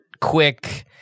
quick